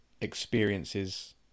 experiences